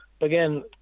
Again